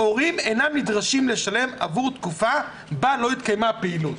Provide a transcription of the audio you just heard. הורים אינם נדרשים לשלם עבור תקופה בה לא התקיימה פעילות.